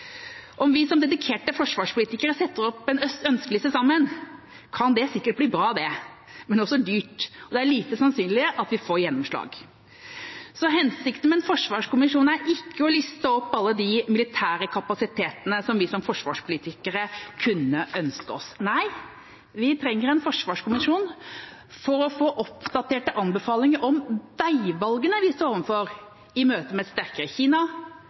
Om vi som dedikerte forsvarspolitikere setter opp en ønskeliste sammen, kan det sikkert bli bra, men også dyrt, og det er lite sannsynlig at vi får gjennomslag. Hensikten med en forsvarskommisjon er ikke å liste opp alle de militære kapasitetene vi som forsvarspolitikere kunne ønske oss. Nei, vi trenger en forsvarskommisjon for å få oppdaterte anbefalinger om veivalgene vi står overfor i møte med et sterkere Kina,